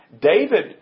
David